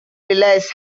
relies